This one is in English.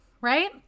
right